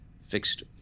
fixed